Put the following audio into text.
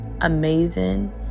amazing